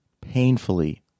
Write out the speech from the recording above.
painfully